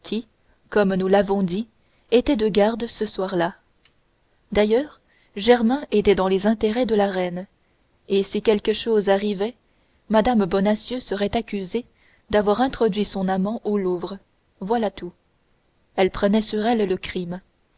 comme nous l'avons dit était de garde ce soir-là d'ailleurs germain était dans les intérêts de la reine et si quelque chose arrivait mme bonacieux serait accusée d'avoir introduit son amant au louvre voilà tout elle prenait sur elle le crime